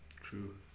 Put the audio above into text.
True